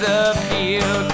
appeal